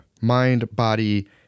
mind-body